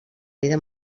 vida